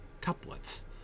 couplets